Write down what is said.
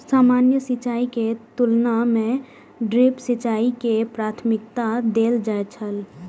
सामान्य सिंचाई के तुलना में ड्रिप सिंचाई के प्राथमिकता देल जाय छला